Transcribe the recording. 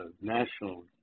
national